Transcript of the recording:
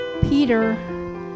Peter